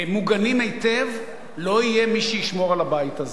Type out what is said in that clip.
מוגנים היטב, לא יהיה מי שישמור על הבית הזה.